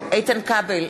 איתן כבל,